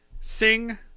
sing